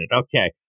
Okay